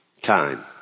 Time